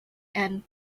and